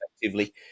effectively